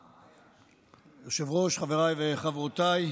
היושב-ראש, חבריי וחברותיי,